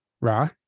ra